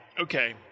okay